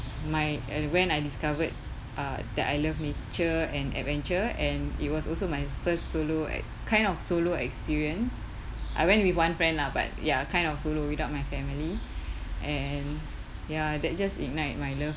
my and when I discovered uh that I love nature and adventure and it was also my first solo e~ kind of solo experience I went with one friend lah but ya kind of solo without my family and ya that just ignite my love